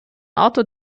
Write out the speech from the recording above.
autor